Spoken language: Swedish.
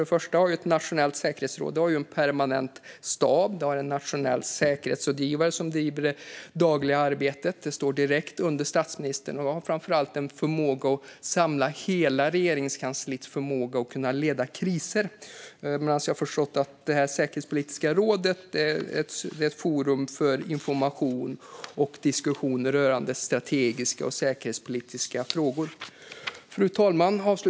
Ett nationellt säkerhetsråd har en permanent stab, har en nationell säkerhetsrådgivare som driver det dagliga arbetet, står direkt under statsministern och har framför allt en förmåga att samla hela Regeringskansliets förmåga att leda kriser. Det säkerhetspolitiska rådet är, enligt vad jag har förstått, ett forum för information och diskussioner rörande strategiska och säkerhetspolitiska frågor. Fru talman!